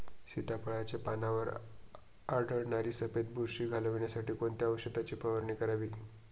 सीताफळाचे पानांवर आढळणारी सफेद बुरशी घालवण्यासाठी कोणत्या औषधांची फवारणी करावी?